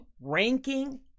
Ranking